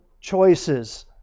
choices